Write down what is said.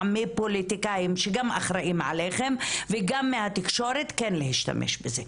מפוליטיקאים שגם אחראים עליכם וגם מהתקשורת כן להשתמש בזה.